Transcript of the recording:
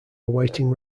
awaiting